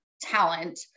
talent